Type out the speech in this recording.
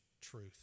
truth